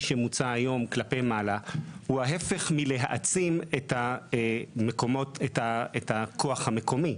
שמוצע היום כלפי מעלה הוא ההיפך מלהעצים את הכוח המקומי.